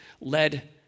led